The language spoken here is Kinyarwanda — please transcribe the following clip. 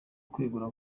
kwegura